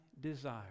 desire